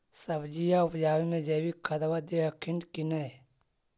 सब्जिया उपजाबे मे जैवीक खाद दे हखिन की नैय?